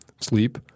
sleep